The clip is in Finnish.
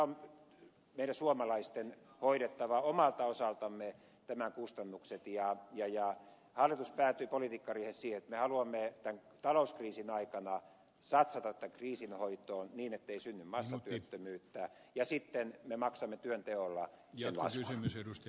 kyllä meidän suomalaisten on hoidettava omalta osaltamme tämän kustannukset ja hallitus päätyi politiikkariihessään siihen että me haluamme tämän talouskriisin aikana satsata tämän kriisin hoitoon niin ettei synny massatyöttömyyttä ja sitten me maksamme työnteolla sen laskua